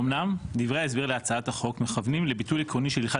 אמנם דברי ההסבר להצעת החוק מכוונים לביטוי עקרוני של הלכת